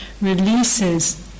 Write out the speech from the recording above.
releases